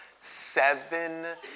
seven